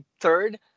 third